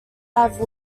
have